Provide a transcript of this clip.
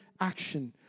action